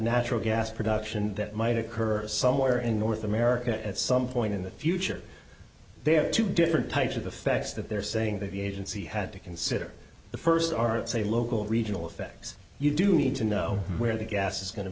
natural gas production that might occur somewhere in north america at some point in the future they have two different types of affects that they're saying that the agency had to consider the first are it's a local regional effects you do need to know where the gas is go